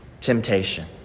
temptation